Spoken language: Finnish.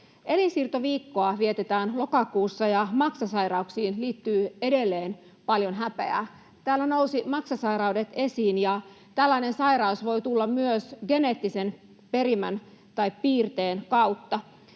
Elinsiirtoviikkoa vietetään lokakuussa, ja maksasairauksiin liittyy edelleen paljon häpeää. Täällä nousivat maksasairaudet esiin, ja tällainen sairaus voi tulla myös geneettisen perimän tai piirteen kautta.